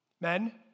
Men